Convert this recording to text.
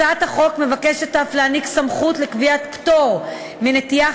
הצעת החוק מבקשת אף להעניק סמכות לקביעת פטור מנטיעה